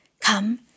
Come